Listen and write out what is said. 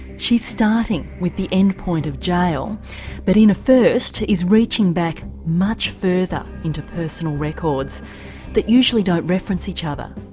she's starting with the endpoint of jail but, in a first, is reaching back much further into personal records that usually don't reference each other.